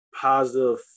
positive